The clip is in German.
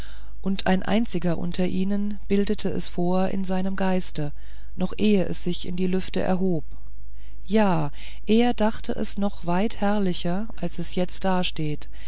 und ein einziger unter ihnen bildete es vor in seinem geiste noch ehe es sich in die lüfte erhob ja er dachte es sich noch weit herrlicher als es jetzt dasteht